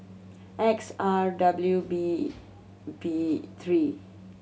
X R W B B three